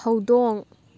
ꯍꯧꯗꯣꯡ